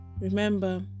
remember